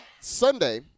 Sunday